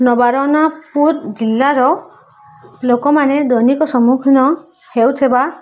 ନବରଙ୍ଗପୁୁର ଜିଲ୍ଲାର ଲୋକମାନେ ଦୈନିକ ସମ୍ମୁଖୀନ ହେଉଥିବା